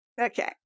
Okay